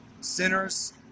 sinners